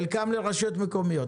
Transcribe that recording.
חלקם לרשויות מקומיות.